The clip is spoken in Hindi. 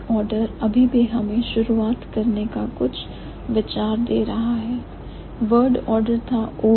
यह OV order अभी भी हमें शुरुआत करने का कुछ आईडिया आया विचार दे रहा है word order था OV